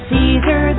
Caesar